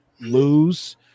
lose